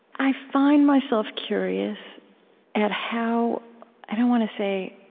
i find myself curious at how i don't want to say